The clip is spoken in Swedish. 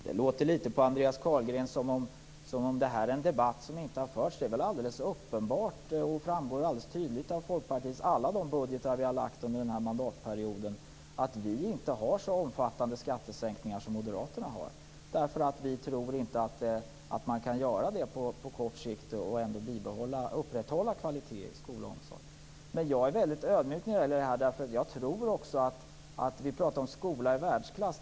Fru talman! Det låter litet på Andreas Carlgren som att det här är en debatt som inte har förts. Det är väl alldeles uppenbart och framgår tydligt av alla de budgetförslag som Folkpartiet har lagt fram under den här mandatperioden att vi inte föreslår så omfattande skattesänkningar som Moderaterna. Vi tror inte att man kan genomföra det på kort sikt och ändå upprätthålla kvalitet i skola och omsorg. Jag är väldigt ödmjuk i den här frågan. Vi talar om en skola i världsklass.